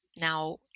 Now